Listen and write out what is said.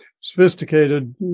sophisticated